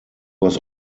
was